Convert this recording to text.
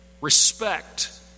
respect